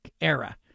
era